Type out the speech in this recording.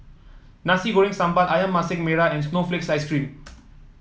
Nasi Goreng Sambal ayam Masak Merah and Snowflake Ice cream